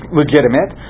legitimate